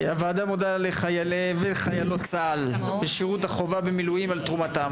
הועדה מודה לחיילי וחיילות צה"ל בשירות החובה והמילואים על תרומתם.